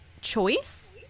choice